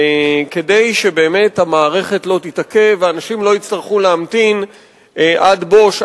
כדי שהמערכת לא תתעכב והאנשים לא יצטרכו להמתין עד בוש,